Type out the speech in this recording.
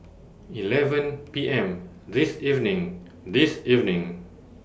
eleven P M This evening This evening